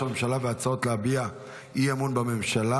הממשלה ועל הצעות להביע אי-אמון בממשלה.